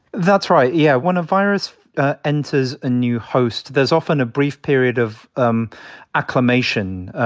that's right, yeah. when a virus enters a new host, there's often a brief period of um acclimation,